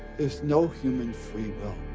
there's no human free will.